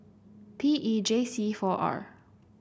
P E J C four R